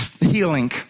healing